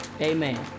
amen